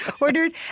ordered